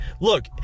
Look